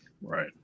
Right